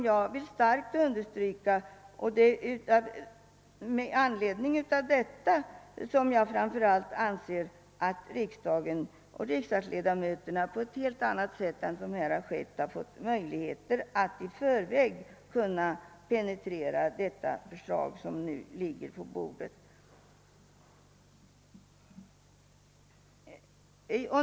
Jag vill starkt understryka detta, och det är framför allt av den anledningen som jag anser, att riksdagsledamöterna på ett helt annat sätt borde ha fått möjligheter att i förväg penetrera det nu framlagda förslaget.